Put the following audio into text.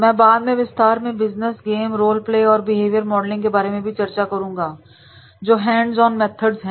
मैं बाद में विस्तार से बिजनेस गेम रोल प्ले और बिहेवियर मॉडलिंग के बारे में भी चर्चा करूंगा जो हैंड्स ऑन मेथड्स हैं